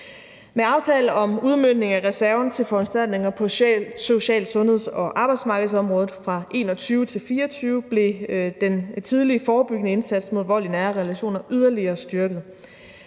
Med aftale om udmøntning af reserven til foranstaltninger på social-, sundheds- og arbejdsmarkedsområdet fra 2021 til 2024 blev den tidlige forebyggende indsats imod vold i nære relationer yderligere styrket.